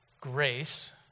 grace